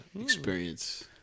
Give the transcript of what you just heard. experience